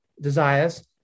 desires